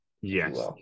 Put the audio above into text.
Yes